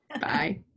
bye